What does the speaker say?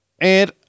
And-